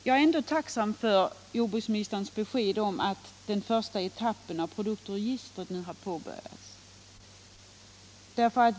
Jag är ändå tacksam för jordbruksministerns besked att den första etappen av produktregistret nu har påbörjats.